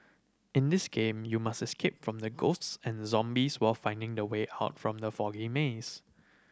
in this game you must escape from the ghosts and zombies while finding the way out from the foggy maze